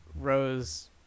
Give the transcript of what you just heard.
Rose